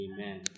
Amen